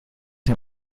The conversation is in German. dem